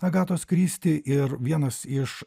agatos kristi ir vienas iš